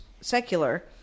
secular